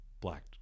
black